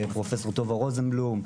פרופ' טובה רוזנבלום,